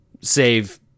save